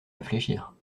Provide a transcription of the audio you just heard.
réfléchir